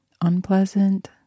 unpleasant